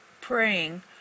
praying